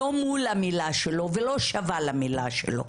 לא מול המילה שלו, ולא שווה למילה שלו.